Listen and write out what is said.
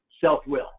self-will